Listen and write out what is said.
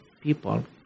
people